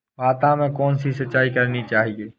भाता में कौन सी सिंचाई करनी चाहिये?